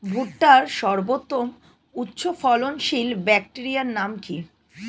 ভুট্টার সর্বোত্তম উচ্চফলনশীল ভ্যারাইটির নাম কি?